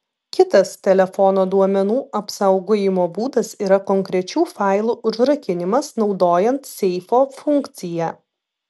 kitas telefono duomenų apsaugojimo būdas yra konkrečių failų užrakinimas naudojant seifo funkciją